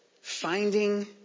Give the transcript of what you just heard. Finding